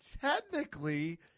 technically